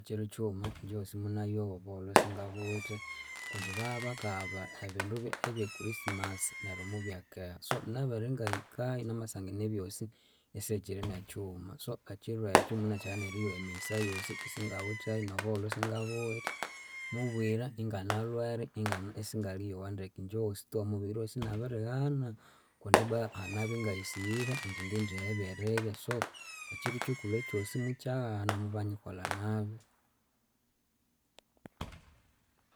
Ekyiru kyiwuma munayowa obuholho singabuwithe kundi babakaghaba ebindu bye ebyechristmass neryu mubyakeha. So nabere ingahikayu namasangana ebyosi isiyikyiri nekyiwuma so ekyiru ekyu munakyama neriyowa emighisa yosi isingawitheyu nobuholho isingabuwithe. Mubwira inganalwere ingane isingali yowa ndeke ingye wosi tu omubiri wosi inabirighana kundi ibwa ahanabya ngayisighire indi ngendiha ebyerirya so ekyiru kyikulhu ekyosi mukyaghana muba nyikolha nabi.